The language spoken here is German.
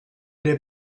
der